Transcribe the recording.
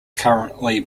currently